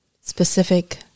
specific